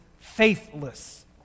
faithless